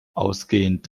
ausgehend